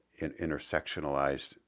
intersectionalized